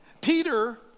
Peter